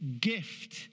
gift